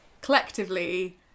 collectively